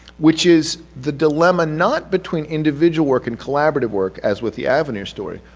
which is the dilemma not between individual work and collaborative work, as with the avenir story,